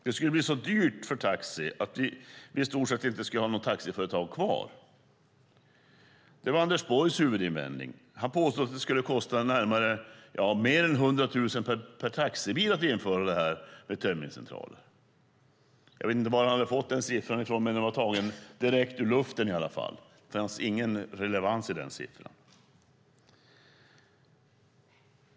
Det skulle bli så dyrt för taxibranschen att det inte skulle finnas några taxiföretag kvar. Det var Anders Borgs huvudinvändning. Han påstod att det skulle kosta mer än 100 000 per taxibil att införa tömningscentraler. Jag vet inte var han har fått den siffran från, men den är tagen direkt ur luften. Det finns ingen relevans i siffran.